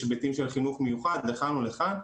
יש היבטים של חינוך מיוחד לכאן או לכאן,